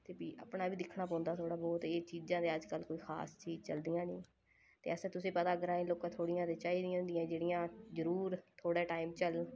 ते फ्ही अपनी बी दिक्खना पौंदा थोह्ड़ा बोह्त एह् चीज़ां ते अज्जकल कोई खास चीज़ चलदियां नी ते असें तुसें पता ग्राईं लोकें थोह्ड़ियां ते चाहिदियां होंदियां जेह्ड़ियां जरूर थोह्ड़ा टाइम चलन